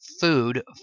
food